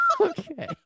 Okay